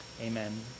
Amen